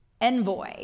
envoy